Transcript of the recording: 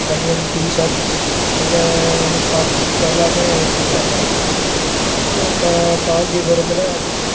பனியன் ட்ஷர்ட்ஸ் இதை சாக்ஸ் எல்லாமே ச்சீப்பா கிடைக்கும் கா காஞ்சிபுரத்தில்